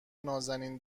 نازنین